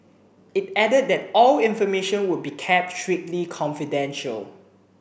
it added that all information would be kept strictly confidential